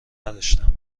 نداشتم